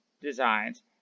designs